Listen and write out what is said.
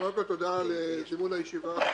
קודם כול, תודה על זימון הישיבה החשובה.